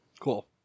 Cool